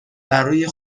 برای